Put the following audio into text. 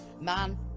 man